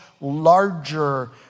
larger